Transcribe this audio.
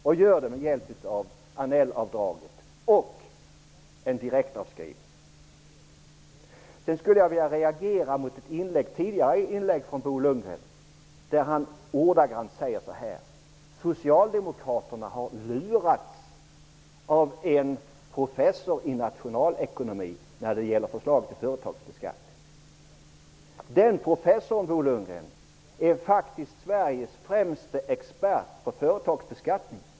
Och gör det med hjälp av Annellavdraget och med hjälp av en direktavskrivning. Jag reagerar mot ett tidigare inlägg gjort av Bo Lundgren. Han sade att Socialdemokraterna har lurats av en professor i nationalekonomi när det gäller förslaget beträffande företagsbeskattningen. Den professorn, Bo Lundgren, är faktiskt Sveriges främste expert på företagsbeskattning.